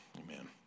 amen